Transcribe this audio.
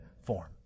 form